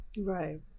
Right